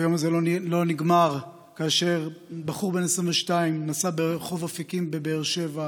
היום הזה לא נגמר: בחור בן 22 נסע ברחוב אפיקים בבאר שבע,